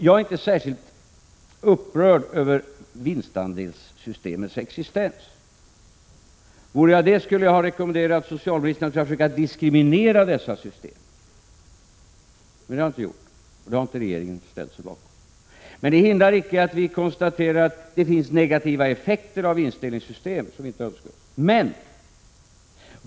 Jag är inte särskilt upprörd över vinstandelssystemets existens. Vore jag det skulle jag ha rekommenderat socialministern att försöka diskriminera dessa system — men det har jag inte gjort, och det har inte regeringen ställt sig bakom. Detta hindrar emellertid inte att vi konstaterar att det finns negativa effekter med vinstdelningssystemen som vi inte önskar oss.